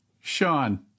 Sean